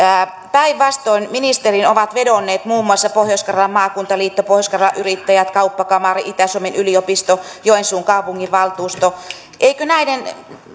päinvastoin ministeriin ovat vedonneet muun muassa pohjois karjalan maakuntaliitto pohjois karjalan yrittäjät kauppakamari itä suomen yliopisto ja joensuun kaupunginvaltuusto eikö näiden